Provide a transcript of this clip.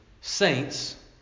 saints